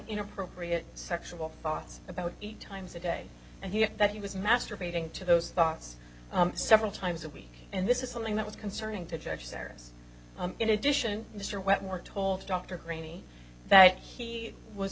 inappropriate sexual thoughts about eight times a day and he that he was masturbating to those thoughts several times a week and this is something that was concerning to judge seris in addition mr wetmore told dr greeny that he was